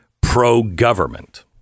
pro-government